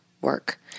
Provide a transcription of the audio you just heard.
work